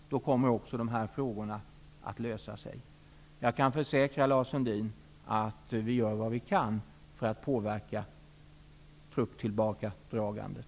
Då kommer också dessa frågor att lösa sig. Jag kan försäkra Lars Sundin att vi gör vad vi kan för att påverka trupptillbakadragandet.